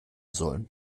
sollen